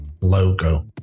logo